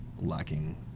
lacking